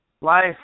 life